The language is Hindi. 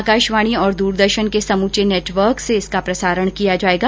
आकाशवाणी और दूरदर्शन के समूचे नेटवर्क से इसका प्रसारण किया जाएगा